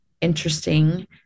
interesting